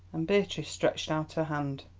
and beatrice stretched out her hand.